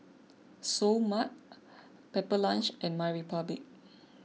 Seoul Mart Pepper Lunch and MyRepublic